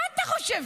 מה אתה חושב,